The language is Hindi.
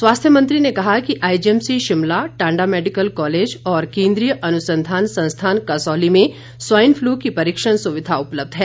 स्वास्थ्य मंत्री ने कहा कि IGMC Shimla Tanda medical college और केंद्रीय अनुसंधान संस्थान कसौली में स्वाइन फ्लू की परीक्षण सुविधा उपलब्ध है